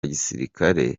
gisirikare